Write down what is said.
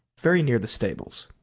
very near the stables.